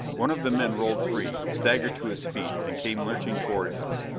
one of the men rolled free, staggered to his feet, and came lurching towards us.